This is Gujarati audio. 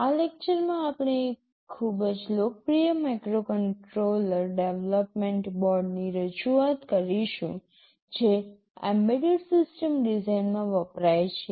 આ લેક્ચરમાં આપણે એક ખૂબ જ લોકપ્રિય માઇક્રોકન્ટ્રોલર ડેવલપમેન્ટ બોર્ડની રજૂઆત કરીશું જે એમ્બેડેડ સિસ્ટમ ડિઝાઇનમાં વપરાય છે